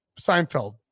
Seinfeld